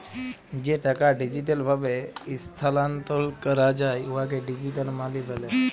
যে টাকা ডিজিটাল ভাবে ইস্থালাল্তর ক্যরা যায় উয়াকে ডিজিটাল মালি ব্যলে